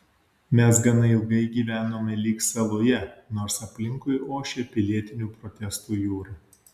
mes gana ilgai gyvenome lyg saloje nors aplinkui ošė pilietinių protestų jūra